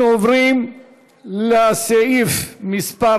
אנחנו עוברים לסעיף מס'